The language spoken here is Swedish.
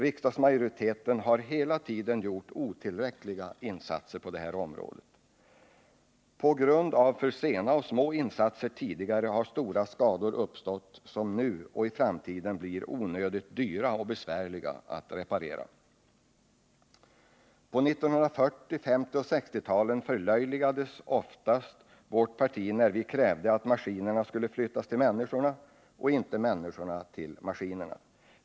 Riksdagsmajoriteten har hela tiden gjort otillräckliga insatser på det här området. På grund av för sena och för små insatser tidigare har stora skador uppstått, som nu och i framtiden blir onödigt dyra och besvärliga att reparera. På 1940-, 1950 och 1960-talen förlöjligades oftast vårt parti när vi krävde att maskinerna skulle flyttas till människorna och inte människorna till maskinerna.